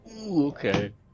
Okay